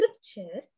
scripture